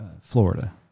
Florida